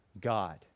God